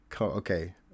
Okay